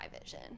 vision